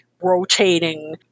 Rotating